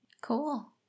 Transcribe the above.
cool